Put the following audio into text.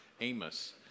Amos